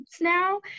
now